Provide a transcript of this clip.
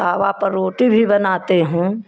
तावा पर रोटी भी बनाती हूँ